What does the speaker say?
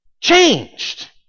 changed